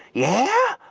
yeah?